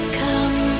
come